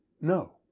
no